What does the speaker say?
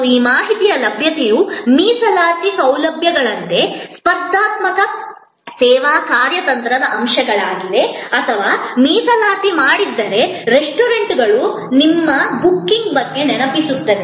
ಮತ್ತು ಈ ಮಾಹಿತಿಯ ಲಭ್ಯತೆಯು ಮೀಸಲಾತಿ ಸೌಲಭ್ಯಗಳಂತೆ ಸ್ಪರ್ಧಾತ್ಮಕ ಸೇವಾ ಕಾರ್ಯತಂತ್ರದ ಅಂಶಗಳಾಗಿವೆ ಅಥವಾ ಮೀಸಲಾತಿ ಮಾಡಿದ್ದರೆ ರೆಸ್ಟೋರೆಂಟ್ಗಳು ನಿಮ್ಮ ಬುಕಿಂಗ್ ಬಗ್ಗೆ ನೆನಪಿಸುತ್ತದೆ